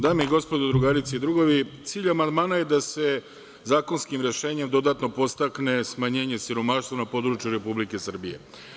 Dame i gospodo, drugarice i drugovi, cilj amandmana je da se zakonskim rešenjem dodatno podstakne smanjenje siromaštva na području Republike Srbije.